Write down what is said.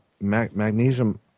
magnesium